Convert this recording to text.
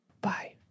Bye